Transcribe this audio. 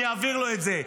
אני אעביר לו את זה.